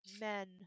men